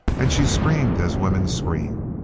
and she screamed as women scream.